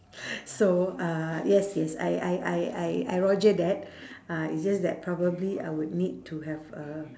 so uh yes yes I I I I roger that uh it's just that probably I would need to have uh